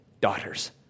daughters